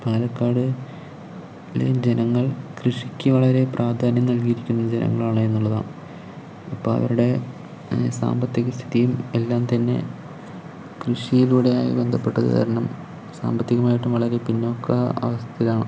പാലക്കാട് ലെ ജനങ്ങൾ കൃഷിക്ക് വളരെ പ്രശനം പ്രാധാന്യം നൽകിയിരിക്കുന്ന ജനങ്ങളാണ് എന്നുള്ളതാണ് അപ്പോൾ അവരുടെ സാമ്പത്തിക സ്ഥിതിയും എല്ലാം തന്നെ കൃഷിയിലൂടെയായി ബന്ധപ്പെട്ടതു കാരണം സാമ്പത്തികമായിട്ടും വളരെ പിന്നോക്ക അവസ്ഥയിലാണ്